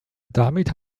damit